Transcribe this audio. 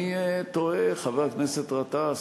אני תוהה, חבר הכנסת גטאס,